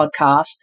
podcast